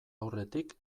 aurretik